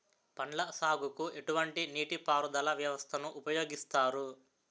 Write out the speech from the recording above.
పండ్ల సాగుకు ఎటువంటి నీటి పారుదల వ్యవస్థను ఉపయోగిస్తారు?